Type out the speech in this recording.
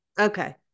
okay